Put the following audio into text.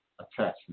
attachment